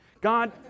God